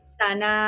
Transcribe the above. sana